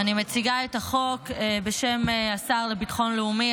אני מציגה את החוק בשם השר לביטחון לאומי,